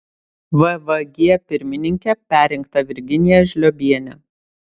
vvg pirmininke perrinkta virginija žliobienė